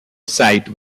site